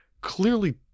clearly